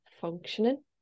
functioning